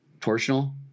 torsional